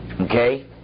okay